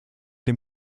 dem